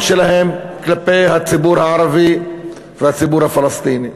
שלהן כלפי הציבור הערבי והציבור הפלסטיני.